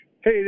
Hey